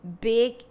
big